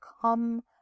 come